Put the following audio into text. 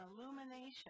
illumination